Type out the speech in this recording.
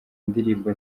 indirimbo